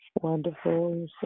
Wonderful